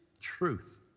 truth